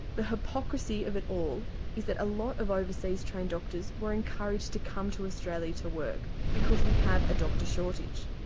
the hypocrisy of it all is that a lot of overseas trained doctors were encouraged to come to australia to work because we have a doctor shortage.